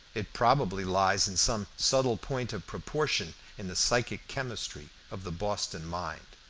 it probably lies in some subtle point of proportion in the psychic chemistry of the boston mind,